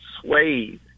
swayed